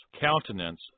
countenance